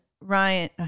Ryan